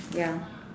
ya